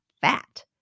fat